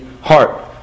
heart